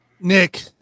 Nick